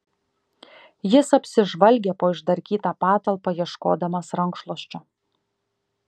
jis apsižvalgė po išdarkytą patalpą ieškodamas rankšluosčio